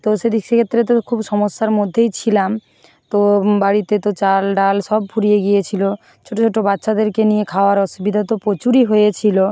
তো সে দিক সেক্ষেত্রেও খুব সমস্যার মধ্যেই ছিলাম তো বাড়িতে তো চাল ডাল সব ফুরিয়ে গিয়েছিলো ছোটো ছোটো বাচ্চাদেরকে নিয়ে খাওয়ার অসুবিধা তো প্রচুরই হয়েছিলো